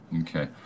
Okay